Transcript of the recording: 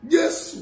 Yes